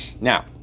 Now